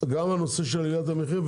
גם הנושא של עליית המחירים,